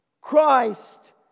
Christ